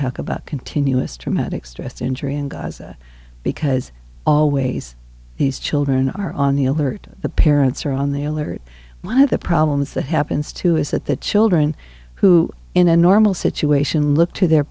talk about continuous traumatic stress injury in gaza because always these children are on the alert the parents are on the alert when i have the problems that happens too is that the children who are in a normal situation look to their